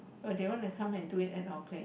oh they want to come and do it our place